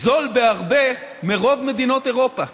זה זול בהרבה מרוב מדינות אירופה.